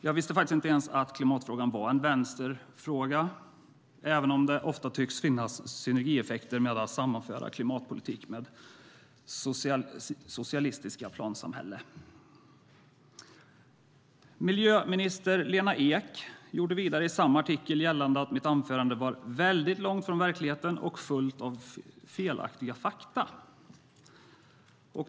Jag visste inte ens att klimatfrågan var en vänsterfråga, även om det ofta tycks finnas synergieffekter med att sammanföra klimatpolitik med socialistiska plansamhällen. Miljöminister Lena Ek gjorde vidare i samma artikel gällande att mitt anförande var "väldigt långt ifrån verkligheten och fullt av felaktiga fakta".